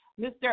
mr